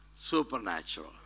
Supernatural